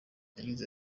yagize